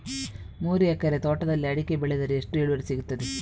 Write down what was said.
ಮೂರು ಎಕರೆ ತೋಟದಲ್ಲಿ ಅಡಿಕೆ ಬೆಳೆದರೆ ಎಷ್ಟು ಇಳುವರಿ ಸಿಗುತ್ತದೆ?